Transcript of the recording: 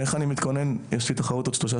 איך אני מתכונן בהתאם.